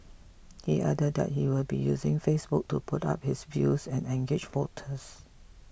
he added that he will be using Facebook to put up his views and engage voters